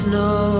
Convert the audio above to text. no